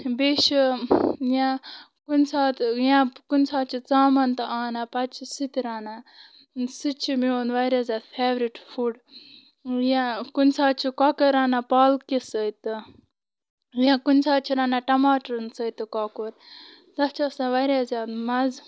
بیٚیہِ چھِ یا کُنہِ ساتہٕ یا کُنہِ ساتہٕ چھِ ژامَن تہِ آنان پَتہٕ چھِ سُہ تہِ رَنان سُہ تہِ چھِ میون واریاہ زیادٕ فیورِٹ فُڈ یا کُنہِ ساتہٕ چھِ کۄکُر رَنان پالکہِ سۭتۍ تہٕ یا کُنہِ ساتہٕ چھِ رَنان ٹماٹرَن سۭتۍ تہٕ کۄکُر تَتھ چھِ آسان واریاہ زیادٕ مَزٕ